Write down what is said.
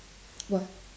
what